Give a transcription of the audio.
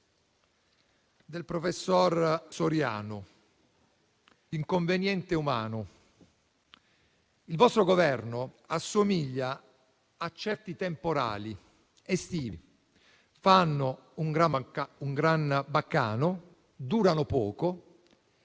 del professor Soriano («L'inconveniente umano»). Il vostro Governo assomiglia a certi temporali estivi: fanno un gran baccano, durano poco e spesso - anzi, in